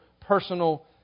personal